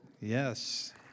Yes